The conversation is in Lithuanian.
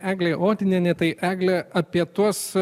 eglė odinienė tai eglė apie tuos